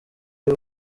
y’u